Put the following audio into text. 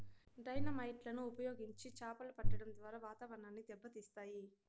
dynamite లను ఉపయోగించి చాపలు పట్టడం ద్వారా వాతావరణాన్ని దెబ్బ తీస్తాయి